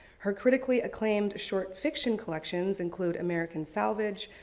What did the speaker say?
her critically acclaimed short fiction collections include american salvage,